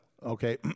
Okay